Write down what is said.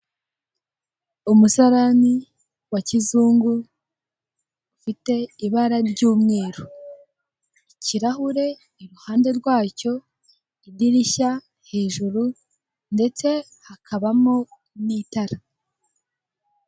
Umusarani wa kizungu, ufite ibara ry'umweru. Ikirahure i ruhande rwacyo idirishya hejuru, ndetse hakabamo n'itara.